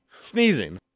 Sneezing